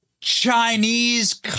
Chinese—